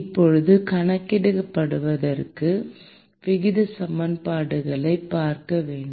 இப்போது கணக்கிடுவதற்கு விகித சமன்பாடுகளைப் பார்க்க வேண்டும்